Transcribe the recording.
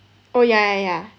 oh ya ya ya